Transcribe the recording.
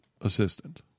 assistant